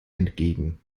entgegen